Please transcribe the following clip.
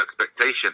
expectation